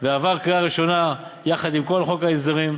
ועבר קריאה ראשונה יחד עם כל חוק ההסדרים.